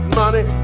money